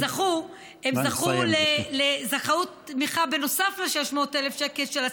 הם זכו לתמיכה בנוסף ל-600,000 שקל של השחב"ק,